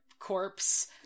corpse